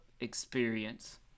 experience